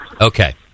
Okay